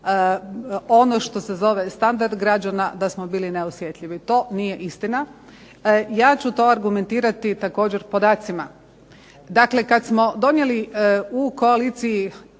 ono što se zove standard građana da smo bili neosjetljivi. To nije istina. Ja ću to argumentirati također podacima. Dakle, kad smo donijeli u koaliciji